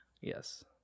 Yes